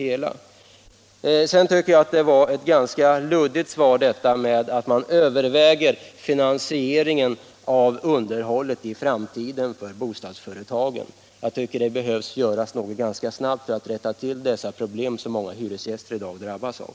Jag tycker det var ett ganska luddigt svar att man överväger finansieringen av underhållet i framtiden för bostadsföretagen. Det behöver göras något ganska snabbt för att rätta till dessa problem, som många hyresgäster i dag drabbas av.